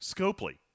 Scopely